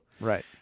Right